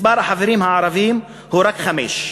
מספר החברים הערבים הוא רק חמישה.